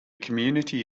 community